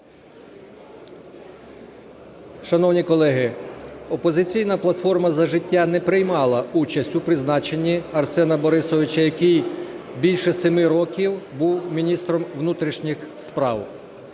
Шановні колеги, "Опозиційна платформа – За життя" не приймала участь у призначені Арсена Борисовича, який більше семи років був міністром внутрішніх справ.